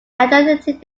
identity